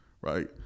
right